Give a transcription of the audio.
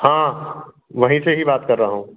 हाँ वहीं से ही बात कर रहा हूँ